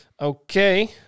Okay